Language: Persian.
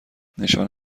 نشان